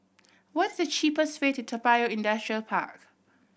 what's the cheapest way to Toa Payoh Industrial Park